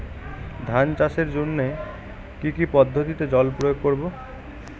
ধান চাষের জন্যে কি কী পদ্ধতিতে জল প্রয়োগ করব?